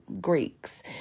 Greeks